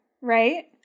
right